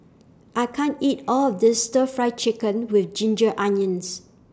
I can't eat All of This Stir Fry Chicken with Ginger Onions